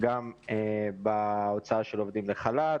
גם בהוצאה של עובדים לחל"ת,